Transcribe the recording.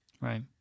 right